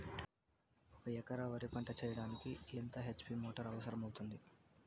ఒక ఎకరా వరి పంట చెయ్యడానికి ఎంత హెచ్.పి మోటారు అవసరం అవుతుంది?